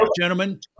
gentlemen